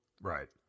Right